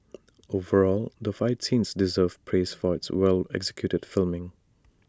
overall the fight scenes deserve praise for its well executed filming